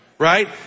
Right